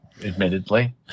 admittedly